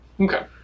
Okay